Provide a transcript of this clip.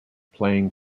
playing